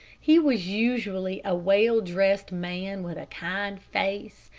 he was usually a well-dressed man, with a kind face,